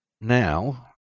now